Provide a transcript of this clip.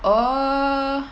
err